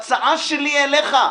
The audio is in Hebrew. זאת עצה שלי אליך.